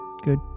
Good